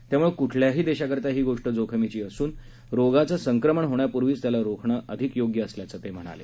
त्यामुळे कुठल्याही देशाकरता ही गोष्ट जोखीमीची असून रोगाचं संक्रमण होण्यापूर्वीच त्याला रोखणं अधिक योग्य असल्याचं त्यांनी सांगितलं